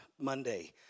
Monday